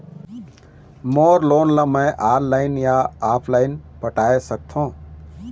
मोर loan ला मैं online या ऑफलाइन पटाए सकथों?